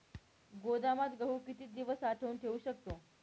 गोदामात गहू किती दिवस साठवून ठेवू शकतो?